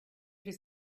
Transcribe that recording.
his